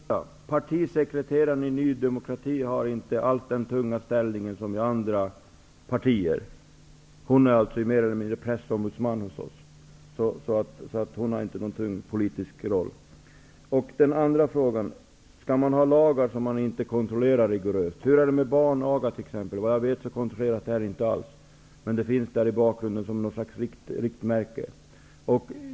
Herr talman! Partisekreteraren i Ny demokrati har inte alls den tunga ställning som partisekreteraren i andra partier. Hon är mer eller mindre en pressombudsman hos oss. Hon har inte någon tung politisk roll. Skall man ha lagar som man inte kontrollerar rigoröst? Hur är det med t.ex. barnaga? Såvitt jag vet kontrolleras det inte alls, men kontrollen finns någonstans i bakgrunden som ett slags riktmärke.